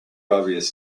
obvious